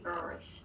earth